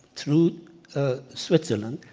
through ah switzerland,